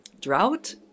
drought